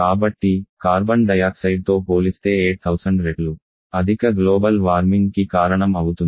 కాబట్టి కార్బన్ డయాక్సైడ్తో పోలిస్తే 8000 రెట్లు అధిక గ్లోబల్ వార్మింగ్ కి కారణం అవుతుంది